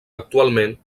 actualment